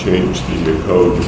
changed over